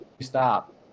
stop